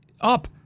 up